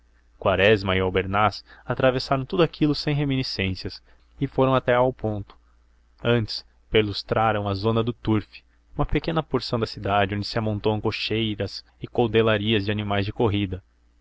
quaresma e albernaz atravessaram tudo aquilo sem reminiscências e foram até ao ponto antes perlustraram a zona do turfe uma pequena porção da cidade onde se amontoam cocheiras e coudelarias de animais de corridas